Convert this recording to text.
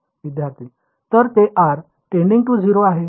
विद्यार्थी तर ते r टेंडिंग टु 0 आहे का